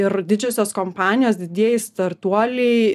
ir didžiosios kompanijos didieji startuoliai